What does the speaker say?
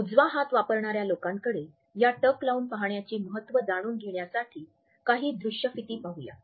उजवा हात वापरणाऱ्या लोकांकडे या टक लावून पाहण्याचे महत्त्व जाणून घेण्यासाठी काही दृश्यफिती पाहू या